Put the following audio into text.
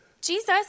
Jesus